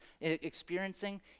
experiencing